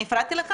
אני הפרעתי לך?